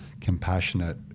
compassionate